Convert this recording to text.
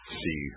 see